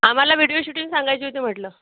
आम्हाला video shooting सांगायची होती म्हटलं